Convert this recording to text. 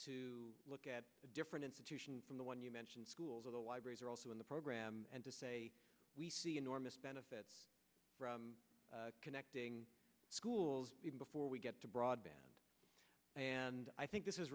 to look at different institutions from the one you mentioned schools or the libraries are also in the program and to say we see enormous benefit from connecting schools before we get to broadband and i think this is